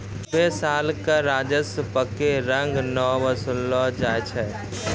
सभ्भे साल कर राजस्व एक्के रंग नै वसूललो जाय छै